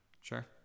Sure